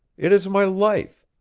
it is my life.